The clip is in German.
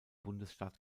bundesstaat